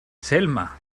selma